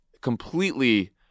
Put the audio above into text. completely